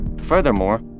Furthermore